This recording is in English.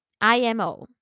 IMO